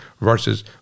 versus